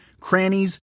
crannies